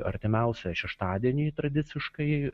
artimiausią šeštadienį tradiciškai